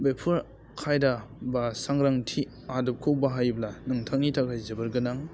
बेफोर खायदा बा सांग्रांथि आदबखौ बाहायब्ला नोंथांनि थाखाय जोबोर गोनां